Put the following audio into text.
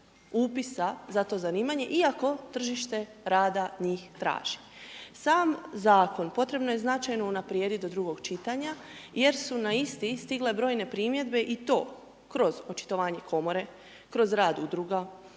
upisa za to zanimanje iako tržite rada njih traži. Sam zakon potrebno je značajno unaprijediti do drugog čitanja jer su na isti stigle brojne primjedbe i to kroz očitovanje komore, kroz rad udruga,